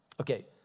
Okay